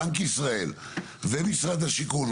בנק ישראל ומשרד השיכון,